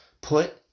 Put